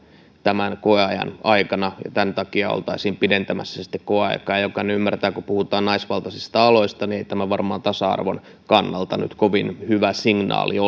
koeajan aikana ja tämän takia oltaisiin pidentämässä sitten koeaikaa jokainen ymmärtää kun puhutaan naisvaltaisista aloista että ei tämä varmaan tasa arvon kannalta nyt kovin hyvä signaali